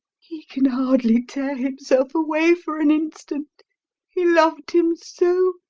he can hardly tear himself away for an instant he loved him so!